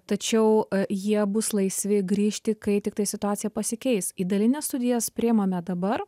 tačiau jie bus laisvi grįžti kai tiktai situacija pasikeis į dalines studijas priimame dabar